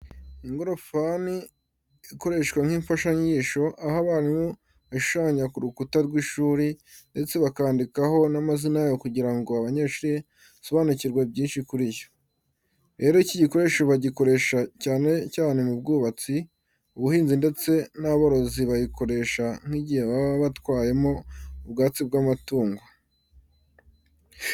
Ingorofani ikoreshwa nk'imfashanyigisho, aho abarimu bayishushanya ku rukuta rw'ishuri, ndetse bakandikaho n'amazina yayo kugira ngo abanyeshuri basobanukirwe byinshi kuri yo. Rero, iki gikoresho bagikoresha cyane cyane mu bwubatsi, ubuhinzi ndetse n'aborozi bayikoresha nk'igihe baba batwayemo ubwatsi bw'amatungo.